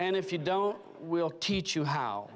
and if you don't we'll teach you how